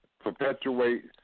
perpetuate